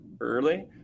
early